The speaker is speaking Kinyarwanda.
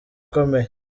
ikomeye